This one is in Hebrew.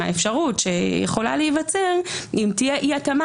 מהאפשרות שיכולה להיווצר אם תהיה אי התאמה